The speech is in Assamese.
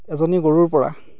এজনী গৰুৰ পৰা